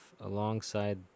alongside